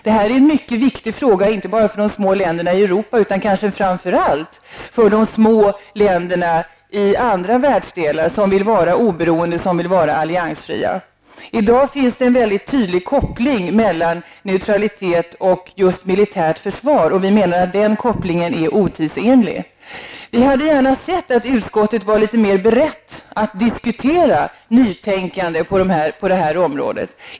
Det här är en mycket viktig fråga inte bara för de små länderna i Europa utan kanske framför allt för de små länderna i andra världsdelar som vill vara oberoende och alliansfria. I dag finns det en tydlig koppling mellan neutralitet och militärt försvar, och vi menar att den kopplingen är otidsenlig. Vi hade gärna sett att utskottet var litet mer berett att diskutera nytänkande på det här området.